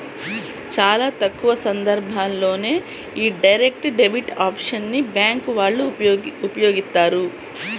చాలా తక్కువ సందర్భాల్లోనే యీ డైరెక్ట్ డెబిట్ ఆప్షన్ ని బ్యేంకు వాళ్ళు ఉపయోగిత్తారు